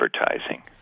advertising